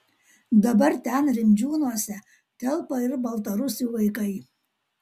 dabar ten rimdžiūnuose telpa ir baltarusių vaikai